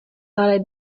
thought